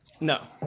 no